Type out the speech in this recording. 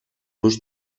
los